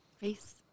Peace